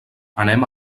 anem